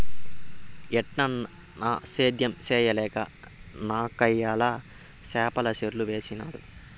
ఏటన్నా, సేద్యం చేయలేక నాకయ్యల చేపల చెర్లు వేసినాడ